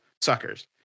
suckers